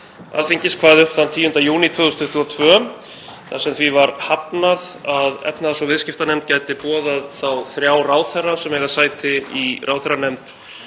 Alþingis kvað upp þann 10. júní 2022 þar sem því var hafnað að efnahags- og viðskiptanefnd gæti boðað þá þrjá ráðherra sem eiga sæti í ráðherranefnd